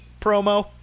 promo